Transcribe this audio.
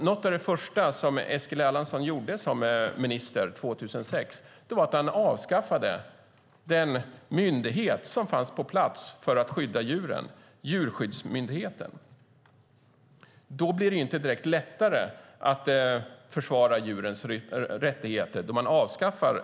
Något av det första som Eskil Erlandsson gjorde som minister 2006 var att avskaffa den myndighet som fanns på plats för att skydda djuren, Djurskyddsmyndigheten. När man avskaffar en sådan myndighet blir det inte precis lättare att försvara djurens rättigheter.